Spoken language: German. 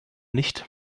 nicht